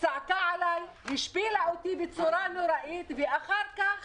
צעקה עליי והשפילה אותי בצורה נוראית, ואחר כך